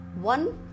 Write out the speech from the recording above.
one